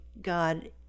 God